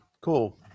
Cool